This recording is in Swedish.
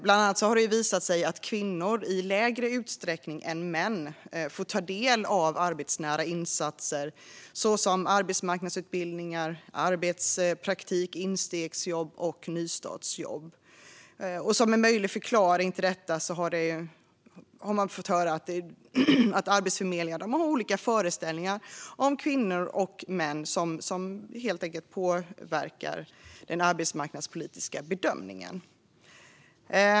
Bland annat har det visat sig att kvinnor i mindre utsträckning än män får ta del av arbetsnära insatser såsom arbetsmarknadsutbildningar, arbetspraktik, instegsjobb och nystartsjobb. Som en möjlig förklaring till detta har man fått höra att arbetsförmedlare har olika föreställningar om kvinnor och män som påverkar den arbetsmarknadspolitiska bedömningen.